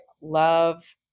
love